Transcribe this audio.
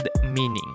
meaning